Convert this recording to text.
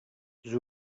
the